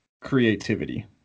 creativity